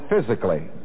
physically